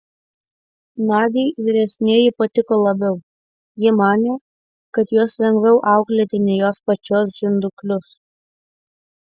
nadiai vyresnieji patiko labiau ji manė kad juos lengviau auklėti nei jos pačios žinduklius